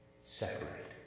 Separate